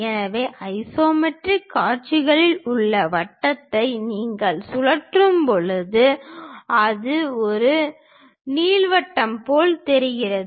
எனவே ஐசோமெட்ரிக் காட்சிகளில் உங்கள் வட்டத்தை நீங்கள் சுழற்றும்போது அது ஒரு நீள்வட்டம் போல் தெரிகிறது